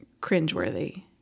cringeworthy